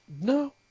No